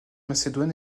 macédoine